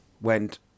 went